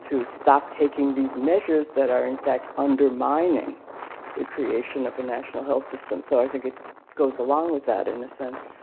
to stop taking these measures that are in fact undermining the creation of a national health system, so i think it goes along with that, in a sense,